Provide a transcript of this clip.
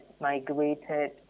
migrated